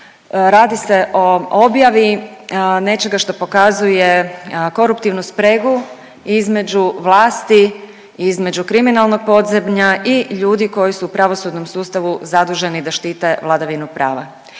radi se o objavi nečega što pokazuje koruptivnu spregu između vlasti i između kriminalnog podzemlja i ljudi koji su u pravosudnom sustavu zaduženi da štite vladavinu prava.